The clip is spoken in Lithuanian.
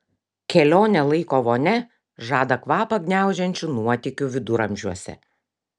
kelionė laiko vonia žada kvapą gniaužiančių nuotykių viduramžiuose